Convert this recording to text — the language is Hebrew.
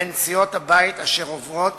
בין סיעות הבית, אשר עוברות